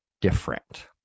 different